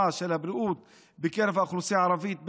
של הבריאות בקרב האוכלוסייה הערבית,